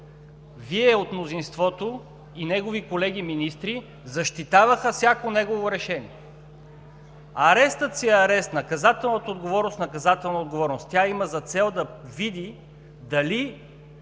Вие от мнозинството и неговите колеги министри защитавахте всяко негово решение. Арестът си е арест, наказателната отговорност е наказателна отговорност и тя има за цел да види дали